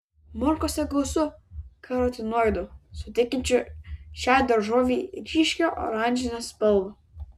morkose gausu karotinoidų suteikiančių šiai daržovei ryškią oranžinę spalvą